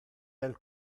del